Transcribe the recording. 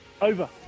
Over